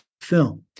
film